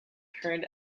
parent